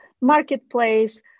marketplace